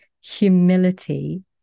humility